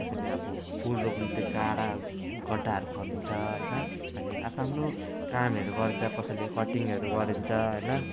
कसैले अब फुल रोप्ने त्यो काँढा गड्डाहरू खन्छ होइन हामी आफ्नो आफ्नो कामहरू गरिन्छ कसैले कटिङहरू गरिन्छ होइन